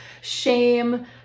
shame